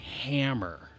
hammer